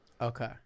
Okay